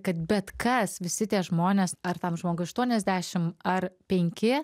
kad bet kas visi tie žmonės ar tam žmogui aštuoniasdešim ar penki